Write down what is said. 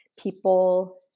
people